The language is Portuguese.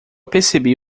percebi